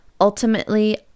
ultimately